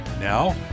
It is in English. Now